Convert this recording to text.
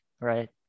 Right